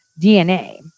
DNA